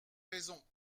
raison